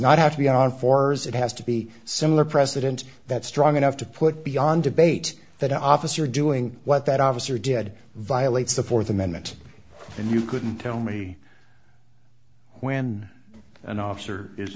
not have to be on fours it has to be similar precedent that strong enough to put beyond debate that officer doing what that officer did violates the fourth amendment and you couldn't tell me when an officer is